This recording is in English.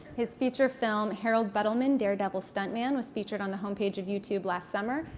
his feature film, harold buttleman, daredevil stuntman was featured on the home page of youtube last summer,